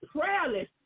prayerless